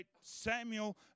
Samuel